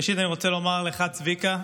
ראשית אני רוצה לומר לך, צביקה,